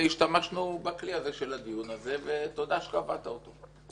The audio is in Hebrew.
השתמשנו בכלי הזה של הדיון הזה ותודה שקבעת אותו.